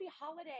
holiday